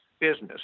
business